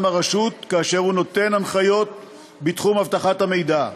הרשות כאשר הוא נותן הנחיות בתחום אבטחת המידע.